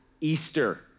Easter